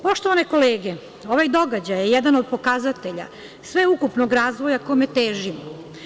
Poštovane kolege ovaj događaj je jedan od pokazatelja sveukupnog razvoja kome težimo.